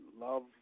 love